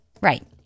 Right